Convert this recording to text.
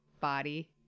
body